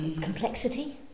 Complexity